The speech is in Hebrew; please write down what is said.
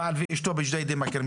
בעל ואשתו בג'דיידה מכר,